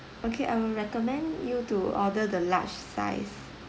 okay I would recommend you to order the large size